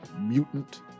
mutant